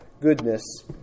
goodness